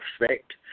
effect